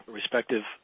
respective